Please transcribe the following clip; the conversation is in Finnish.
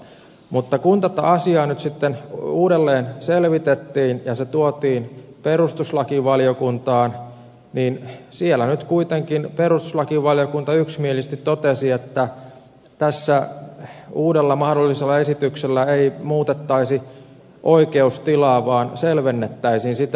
mutta kun tätä asiaa nyt sitten uudelleen selvitettiin ja se tuotiin perustuslakivaliokuntaan niin nyt kuitenkin perustuslakivaliokunta yksimielisesti totesi että tässä uudella mahdollisella esityksellä ei muutettaisi oikeustilaa vaan selvennettäisiin sitä